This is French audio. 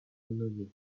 renommée